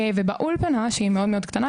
ובאולפנה שהיא מאוד מאוד קטנה,